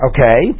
Okay